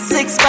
Six